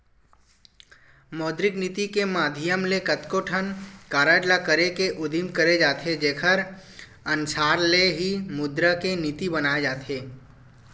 मौद्रिक नीति के माधियम ले कतको ठन कारज ल करे के उदिम करे जाथे जेखर अनसार ले ही मुद्रा के नीति बनाए जाथे